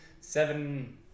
seven